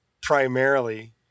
primarily